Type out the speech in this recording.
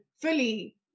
fully